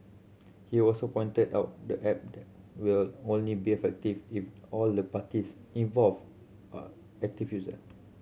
he also pointed out the app will only be effective if all the parties involved are active user